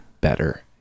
better